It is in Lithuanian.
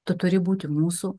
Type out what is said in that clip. turi būti mūsų